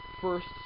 first